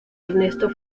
ernesto